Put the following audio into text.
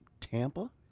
Tampa